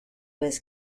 was